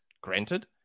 granted